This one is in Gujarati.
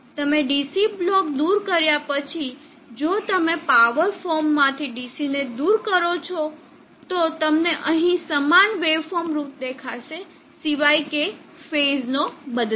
તમે DC બ્લોક દૂર કર્યા પછી જો તમે પાવર ફોર્મ માંથી DC ને દૂર કરો છો તો તમને અહીં સમાન વેવફોર્મનું રૂપ દેખાશે સિવાય કે ફેઝ નો બદલાવ